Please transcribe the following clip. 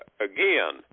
again